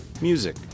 music